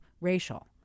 racial